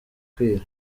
kwira